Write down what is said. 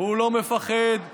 והוא לא מפחד מבדיות.